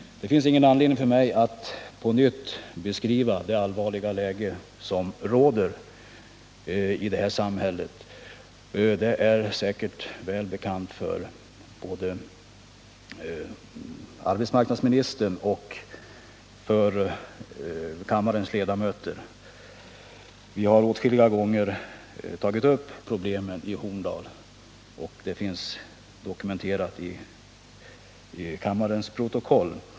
Det finns ingen anledning för mig att på nytt beskriva det allvarliga läget i detta samhälle. Förhållandena är säkert väl kända både för arbetsmarknadsministern och för kammarens ledamöter. Vi har åtskilliga gånger tagit upp problemen i Horndal, vilka också finns dokumenterade i kammarens protokoll.